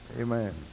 Amen